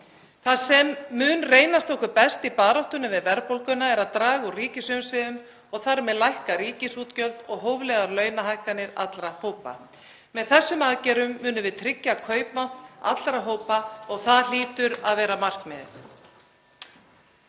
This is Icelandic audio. Það sem mun reynast okkur best í baráttunni við verðbólguna er að draga úr ríkisumsvifum, og þar með lækka ríkisútgjöld, og hóflegar launahækkanir allra hópa. Með þessum aðgerðum munum við tryggja kaupmátt allra hópa og það hlýtur að vera markmiðið.